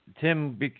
Tim